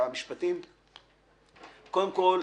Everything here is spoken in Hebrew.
קודם כול,